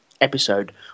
episode